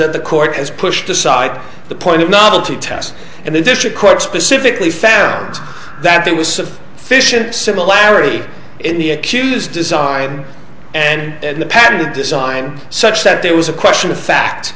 that the court has pushed aside the point of novelty test and the district court specifically found that there was fission similarity in the accused design and the patent design such that there was a question of fact